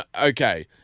okay